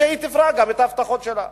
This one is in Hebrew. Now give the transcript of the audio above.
שהיא תפרע גם את ההבטחות שלה.